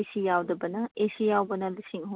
ꯑꯦ C ꯌꯥꯎꯗꯕꯅ A C ꯌꯥꯎꯕꯅ ꯂꯤꯁꯤꯡ ꯑꯍꯨꯝ